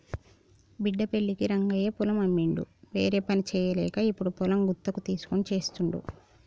బిడ్డ పెళ్ళికి రంగయ్య పొలం అమ్మిండు వేరేపని చేయలేక ఇప్పుడు పొలం గుత్తకు తీస్కొని చేస్తుండు